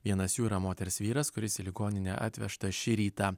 vienas jų yra moters vyras kuris į ligoninę atvežtas šį rytą